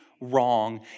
wrong